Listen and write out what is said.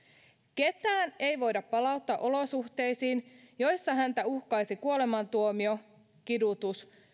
ketään ei voida palauttaa olosuhteisiin joissa häntä uhkaisi kuolemantuomio kidutus